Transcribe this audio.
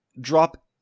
drop